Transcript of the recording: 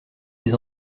des